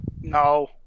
no